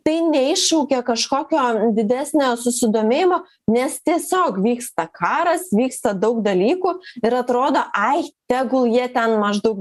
tai neiššaukia kažkokio didesnio susidomėjimo nes tiesiog vyksta karas vyksta daug dalykų ir atrodo ai tegul jie ten maždaug